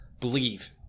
Believe